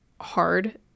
hard